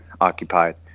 occupied